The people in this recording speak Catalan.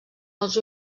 els